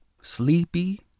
sleepy